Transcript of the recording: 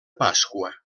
pasqua